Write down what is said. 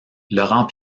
laurent